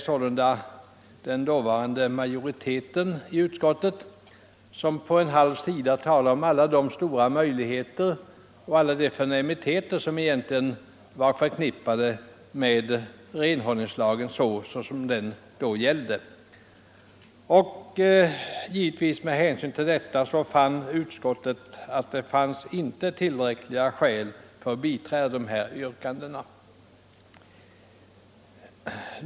Sedan talade man på en halv sida om alla de stora och förnämliga möjligheter som var förknippade med renhållningslagen såsom den då var utformad. Med hänsyn till detta ansåg utskottet givetvis att det inte fanns tillräckliga skäl för att tillstyrka motionsyrkandena.